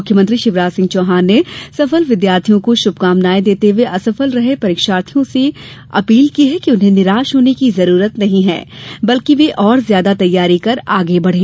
मुख्यमंत्री शिवराज सिंह चौहान ने सफल विद्यार्थियों को शुभकामनाएं देते हुए असफल रहे विद्यार्थियों से अपील की है कि उन्हें निराश होने की जरूरत नहीं है बल्कि वे और ज्यादा तैयारी कर आगे बढ़े